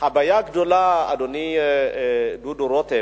אדוני דודו רותם,